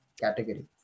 category